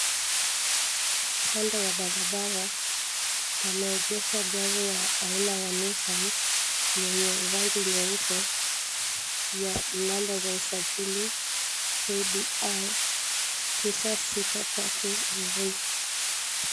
Kando ya barabara, pameegeshwa gari ya aina ya Nissan yenye rangi nyepe, ya namba za usajili, KBR 963 V.